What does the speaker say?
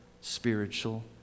spiritual